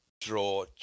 draw